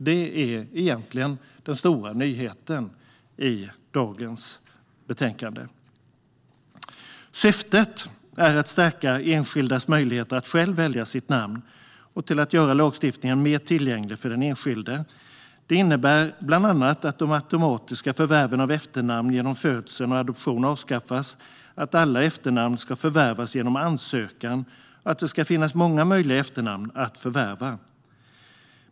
Det är egentligen den stora nyheten i dagens betänkande. Syftet är att stärka den enskildes möjlighet att själv välja sitt namn och att göra lagstiftningen mer tillgänglig för den enskilde. Det innebär bland annat att de automatiska förvärven av efternamn genom födsel och adoption avskaffas, att alla efternamn ska förvärvas genom ansökan och att det ska finnas många möjliga efternamn att förvärva.